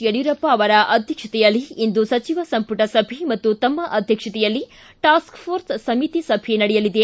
ಯಡಿಯೂರಪ್ಪ ಅವರ ಅಧ್ಯಕ್ಷತೆಯಲ್ಲಿ ಇಂದು ಸಚಿವ ಸಂಪುಟ ಸಭೆ ಹಾಗೂ ತಮ್ಮ ಅಧ್ಯಕ್ಷತೆಯಲ್ಲಿ ಟಾಸ್ಕ್ಫೋರ್ಸ್ ಸಮಿತಿ ಸಭೆ ನಡೆಯಲಿದೆ